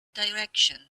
direction